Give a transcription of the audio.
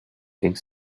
think